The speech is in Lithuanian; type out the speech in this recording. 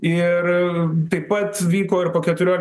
ir taip pat vyko ir po keturių